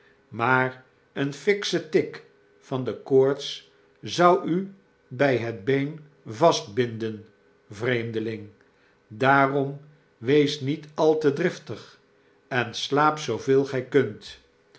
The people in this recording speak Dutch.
maar een fiksche tik van de koorts zou u bij het been vastbinden vreemdeling daarom wees niet al te driftig en slaap zooveel gij kunt